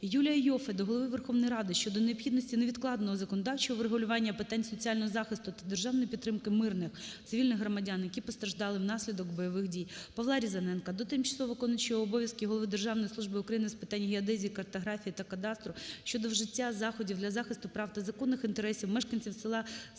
Юлія Іоффе до Голови Верховної Ради щодо необхідності невідкладного законодавчого врегулювання питань соціального захисту та державної підтримки мирних (цивільних) громадян, які постраждали внаслідок бойових дій. Павла Різаненка до тимчасово виконуючого обов'язки Голови Державної служби України з питань геодезії, картографії та кадастру щодо вжиття заходів для захисту прав та законних інтересів мешканців села Сезенків